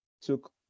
took